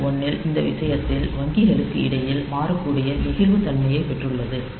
8051 இல் இந்த விஷயத்தில் வங்கிகளுக்கு இடையில் மாறக்கூடிய நெகிழ்வுத்தன்மையை பெற்றுள்ளது